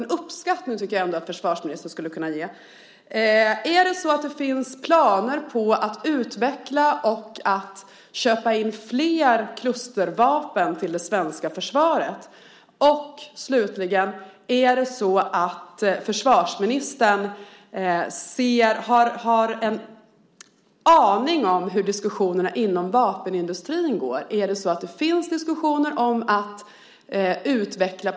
En uppskattning tycker jag ändå att försvarsministern skulle kunna ge. Är det så att det finns planer på att utveckla och att köpa in flera klustervapen till det svenska försvaret? Och slutligen: Är det så att försvarsministern har en aning om hur diskussionerna inom vapenindustrin går? Är det så att det finns diskussioner om att utveckla?